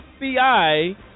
FBI